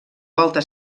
volta